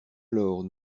alors